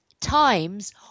times